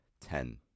ten